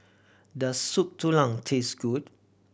does Soup Tulang taste good